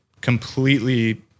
completely